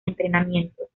entrenamientos